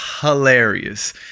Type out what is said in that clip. hilarious